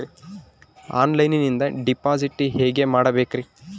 ಆನ್ಲೈನಿಂದ ಡಿಪಾಸಿಟ್ ಹೇಗೆ ಮಾಡಬೇಕ್ರಿ?